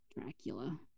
Dracula